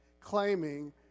Claiming